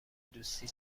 دوستی